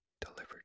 delivered